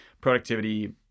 productivity